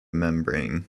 membrane